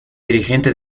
dirigente